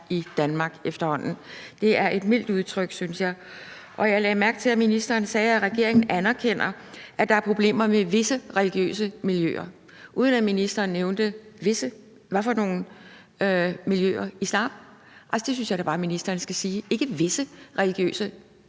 i Danmark. Det er et mildt udtryk, synes jeg. Og jeg lagde mærke til, at ministeren sagde, at regeringen anerkender, at der problemer med visse religiøse miljøer, uden at ministeren nævnte hvilke miljøer – er det islam, der er problemer med? Altså, jeg synes da bare, at ministeren skal sige, at det ikke